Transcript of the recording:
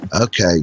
okay